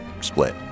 split